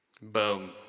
Boom